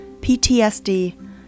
PTSD